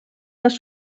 les